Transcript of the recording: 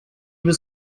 was